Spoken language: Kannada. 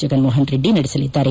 ಜಗನ್ನೋಪನ್ ರೆಡ್ಡಿ ನಡೆಸಲಿದ್ದಾರೆ